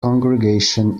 congregation